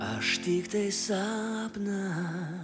aš tiktai sapną